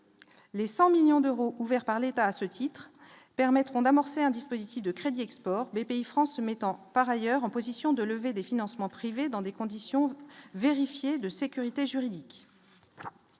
les 100 millions d'euros ouvert par l'État à ce titre-permettront d'amorcer un dispositif de crédit export BPIFrance mettant par ailleurs en position de lever des financements privés dans des conditions vérifier de sécurité juridique,